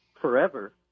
forever